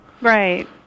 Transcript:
Right